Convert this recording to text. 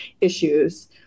issues